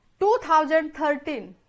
2013